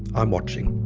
i'm watching.